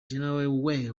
generally